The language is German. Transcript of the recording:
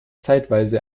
zeitweise